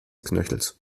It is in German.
knöchels